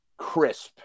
crisp